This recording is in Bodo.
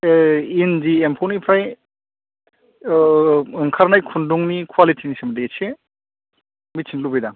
ओ इन्दि एम्फौनिफ्राय ओ ओंखारनाय खुन्दुंनि कुवालिटिनि सोमोन्दै एसे मिन्थिनो लुगैदां